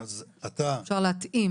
אז אתה יכול להתאים